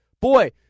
Boy